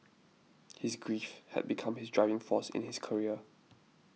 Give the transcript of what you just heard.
his grief had become his driving force in his career